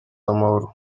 w’amahoro